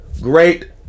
great